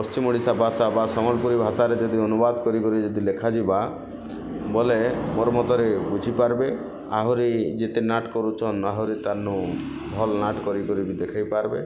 ପଶ୍ଚିମ ଓଡ଼ିଶା ଭାଷା ବା ସମ୍ବଲପୁରୀ ଭାଷାରେ ଯଦି ଅନୁବାଦ କରି କରି ଲେଖାଯିବା ବୋଲେ ମୋର୍ ମତରେ ବୁଝି ପାରିବେ ଆହୁରି ଯେତେ ନାଟ୍ କରୁଛନ୍ ଆହୁରି ତାନୁ ଭଲ ନାଟ୍ କରି କରି ଦେଖେଇ ପାରବେ